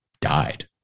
died